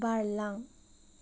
बारलां